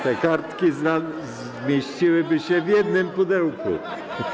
Te kartki zmieściłyby się w jednym pudełku.